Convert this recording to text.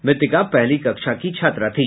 मृतक पहली कक्षा की छात्रा थी